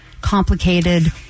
complicated